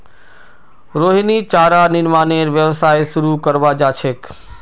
रोहिणी चारा निर्मानेर व्यवसाय शुरू करवा चाह छ